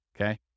Okay